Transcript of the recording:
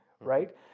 right